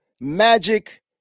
magic